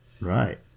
Right